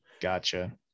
gotcha